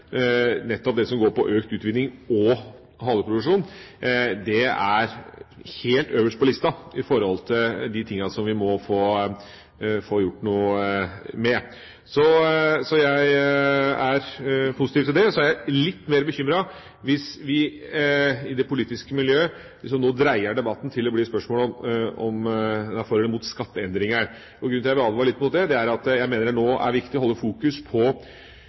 det som for meg er helt øverst på lista over de tingene som vi må få gjort noe med. Så jeg er positiv til det. Jeg er litt mer bekymret hvis vi i det politiske miljøet nå dreier debatten til å bli et spørsmål for og imot skatteendringer. Grunnen til at jeg vil advare litt mot det, er at jeg mener det nå er viktig å fokusere på teknologi- og kostnadssporet. Vi har et stort behov nå for å sørge for å holde trykket på